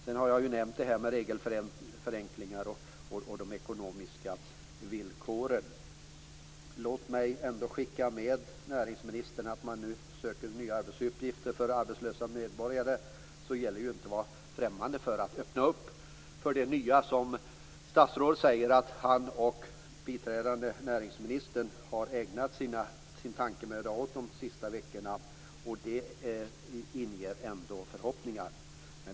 Jag har också nämnt regelförenklingar och de ekonomiska villkoren. Låt mig ändå skicka med näringsministern att när man nu söker nya arbetsuppgifter för arbetslösa medborgare gäller det att inte vara främmande för att öppna för det nya som statsrådet säger att han och biträdande näringsministern har ägnat sin tankemöda de senaste veckorna. Det inger ändå förhoppningar.